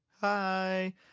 hi